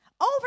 Over